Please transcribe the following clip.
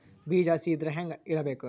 ಬೀಜ ಹಸಿ ಇದ್ರ ಹ್ಯಾಂಗ್ ಇಡಬೇಕು?